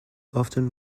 often